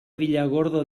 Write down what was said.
villargordo